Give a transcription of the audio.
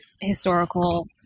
historical